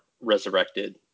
resurrected